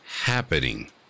happening